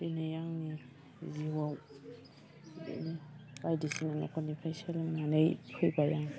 दिनै आंनि जिउआव बिदिनो बायदिसिना न'खरनिफ्राय सोलोंनानै फैबाय आं